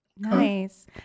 Nice